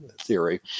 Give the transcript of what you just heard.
theory